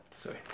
sorry